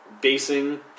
basing